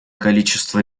количество